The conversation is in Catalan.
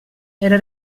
era